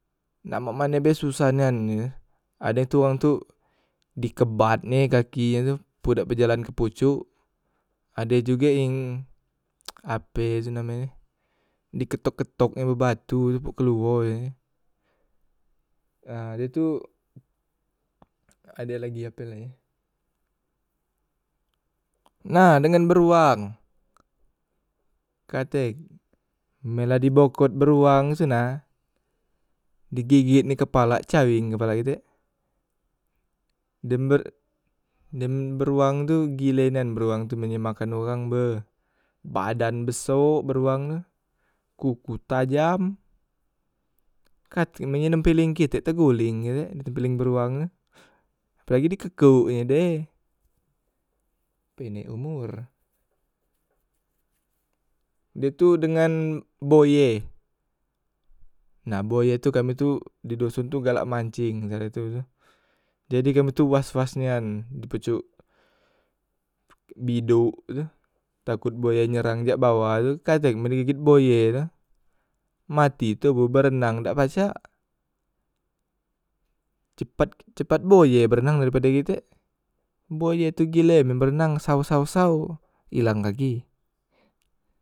Nak mak mane be susah nian e tu, ade tu wang tu dikebatnye kaki e tu po dak bejalan ke pocok, ade jugek yeng ape tu namenye diketok- ketoknye be batu tubuk keluo e, a dah tu ade lagi ape la ye, nah dengan beruang, katek men la dibokrot beruang se na digegetnye kepalak careng kepalak kitek, dem be dem beruang tu gile nian beruang tu men ye makan urang beh badan besok beruang tu kukuk tajam katek men ye nempeleng kitek teguleng kitek di tempeleng beruang tu, apelagi dikekeknye deh pendek umor. Dah tu dengan boye, nah boye tu kami tu di doson tu galak manceng cerek tu tu, jadi kami tu was- was nian di pucok bidok tu takot boye nyerang jak bawah tu katek men digeget boye e tu, mati toboh berenang dak pacak, cepat cepat boye berenang daripada kitek, boye tu gilek men berenang saw saw saw ilang kaki.